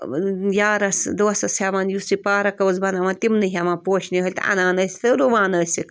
Yaris دوسس ہٮ۪وان یُس یہِ پارک اوس بَناون تِمنٕے ہٮ۪وان پوشہٕ نِہٲلۍ تہٕ اَنان أسۍ رَوان ٲسِک